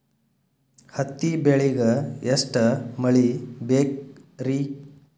ಹತ್ತಿ ಬೆಳಿಗ ಎಷ್ಟ ಮಳಿ ಬೇಕ್ ರಿ?